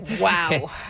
Wow